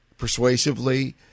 persuasively